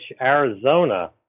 Arizona